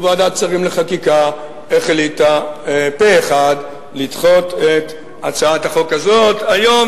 ועדת השרים לחקיקה החליטה פה-אחד לדחות את הצעת החוק הזאת היום.